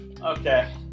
Okay